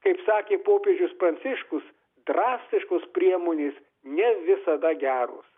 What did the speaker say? kaip sakė popiežius pranciškus drastiškos priemonės ne visada geros